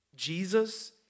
Jesus